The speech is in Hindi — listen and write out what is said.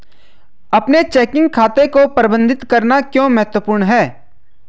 अपने चेकिंग खाते को प्रबंधित करना क्यों महत्वपूर्ण है?